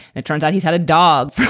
it turns out he's had a dog,